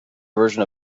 version